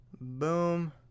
boom